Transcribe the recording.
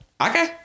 Okay